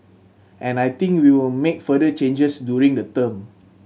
and I think we'll make further changes during the term